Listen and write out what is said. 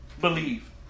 believe